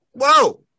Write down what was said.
Whoa